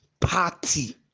party